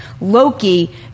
Loki